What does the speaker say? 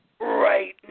right